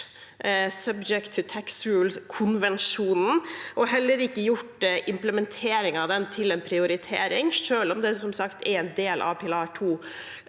Subject to Tax Rule-konvensjonen og har heller ikke gjort implementering av den til en prioritering, selv om det som sagt er en del av pilar 2.